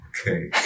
Okay